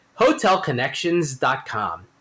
hotelconnections.com